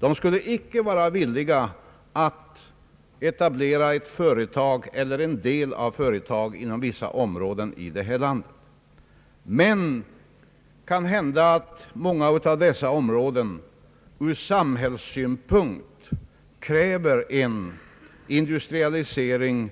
Man skulle icke vara villig att etablera ett företag eller en del av ett företag inom vissa områden i detta land, fastän det är uppenbart att många av dessa områden ur samhällelig synpunkt kräver en industrialisering